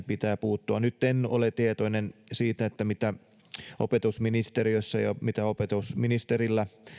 pitää puuttua nyt en ole tietoinen siitä mitä opetusministeriössä ja mitä opetusministeri